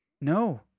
No